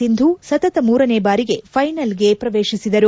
ಸಿಂಧು ಸತತ ಮೂರನೇ ಬಾರಿಗೆ ಫ್ಲೆನಲ್ಗೆ ಪ್ರವೇಶಿಸಿದರು